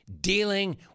Dealing